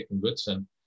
Goodson